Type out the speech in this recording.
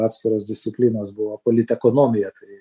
atskiros disciplinos buvo politekonomija tai